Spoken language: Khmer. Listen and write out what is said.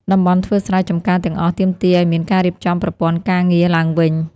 តំបន់ធ្វើស្រែចម្ការទាំងអស់ទាមទារឱ្យមានការរៀបចំប្រព័ន្ធការងារឡើងវិញ។